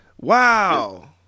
Wow